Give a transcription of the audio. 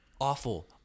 Awful